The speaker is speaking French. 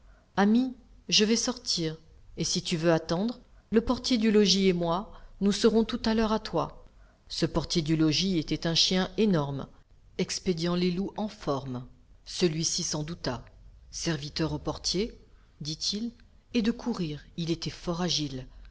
ami je vais sortir et si tu veux attendre le portier du logis et moi nous serons tout à l'heure à toi ce portier du logis était un chien énorme expédiant les loups en forme celui-ci s'en douta serviteur au portier dit-il et de courir il était fort agile